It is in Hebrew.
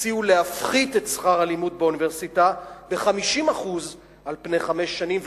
הציעו להפחית את שכר הלימוד באוניברסיטה ב-50% על פני חמש שנים,